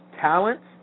talents